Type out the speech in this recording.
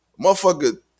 motherfucker